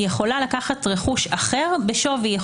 היא יכולה לקחת רכוש אחר בשווי,